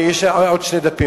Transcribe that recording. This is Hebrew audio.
יש עוד שני דפים,